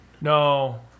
No